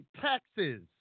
taxes